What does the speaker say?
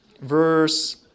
Verse